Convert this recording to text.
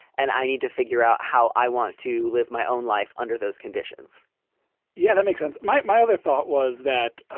and i need to figure out how i want to live my own life under those conditions yeah, that makes sense. might my other thought was that